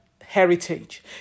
heritage